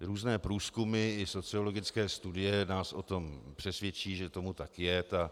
Různé průzkumy i sociologické studie nás o tom přesvědčí, že tomu tak je.